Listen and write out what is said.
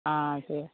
ஆ சரி